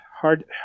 hard